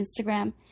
Instagram